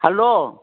hello